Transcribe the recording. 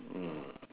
mm